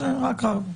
יש רק רב.